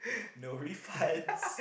no refunds